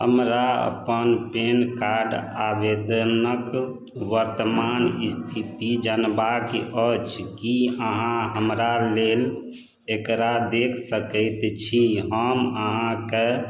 हमरा अपन PAN card आवेदनके वर्तमान इस्थिति जानबाक अछि कि अहाँ हमरा लेल एकरा देखि सकै छी हम अहाँकेँ